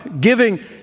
giving